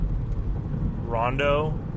Rondo